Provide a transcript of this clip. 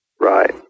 Right